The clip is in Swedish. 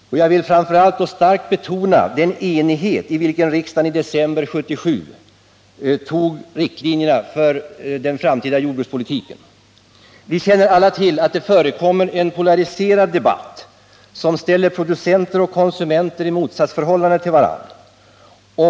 Jag vill framför allt starkt betona värdet av den enighet, i vilken riksdagen i december 1977 fattade beslutet om riktlinjerna för den framtida jordbrukspolitiken. Vi känner alla till att det förekommer en polariserad debatt, som ställer producenter och konsumenter i motsatsförhållande till varandra.